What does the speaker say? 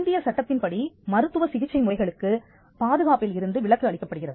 இந்திய சட்டத்தின் படி மருத்துவ சிகிச்சை முறைகளுக்கு பாதுகாப்பில் இருந்து விலக்கு அளிக்கப்படுகிறது